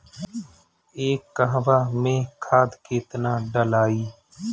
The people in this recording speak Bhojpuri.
एक कहवा मे खाद केतना ढालाई?